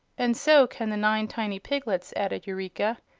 and so can the nine tiny piglets, added eureka.